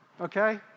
Okay